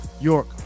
York